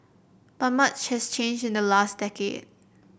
but much has changed in the last decade